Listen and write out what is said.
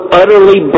utterly